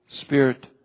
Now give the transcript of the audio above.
spirit